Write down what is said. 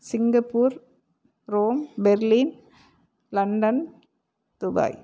Singapore Rome Berlin London Dubai